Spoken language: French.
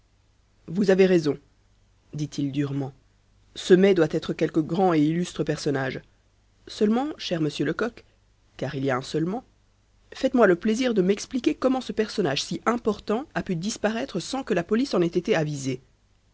vous avez raison dit-il durement ce mai doit être quelque grand et illustre personnage seulement cher monsieur lecoq car il y a un seulement faites-moi le plaisir de m'expliquer comment ce personnage si important a pu disparaître sans que la police en ait été avisée